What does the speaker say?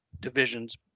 divisions